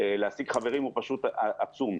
להשיג חברים הוא פשוט עצום.